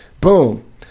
boom